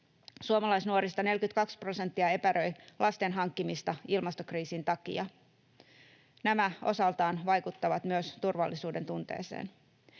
Suomalaisnuorista 42 prosenttia epäröi lasten hankkimista ilmastokriisin takia. Nämä osaltaan vaikuttavat myös turvallisuudentunteeseen.